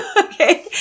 okay